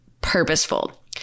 purposeful